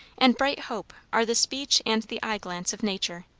and bright hope are the speech and the eye-glance of nature.